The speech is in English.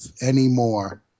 anymore